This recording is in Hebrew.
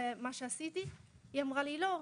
את כל מה שעשיתי?.." אז היא אמרה לי "..לא,